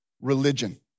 religion